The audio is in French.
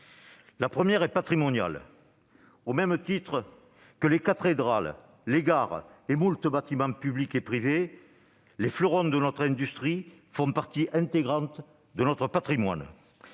La première est patrimoniale. Au même titre que les cathédrales, les gares et moult bâtiments publics et privés, les fleurons de notre industrie font partie intégrante de notre patrimoine.